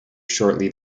shortly